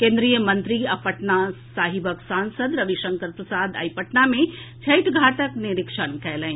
केन्द्रीय मंत्री आ पटना साहिबक सांसद रविशंकर प्रसाद आइ पटना मे छठि घाटक निरीक्षण कयलनि